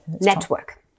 Network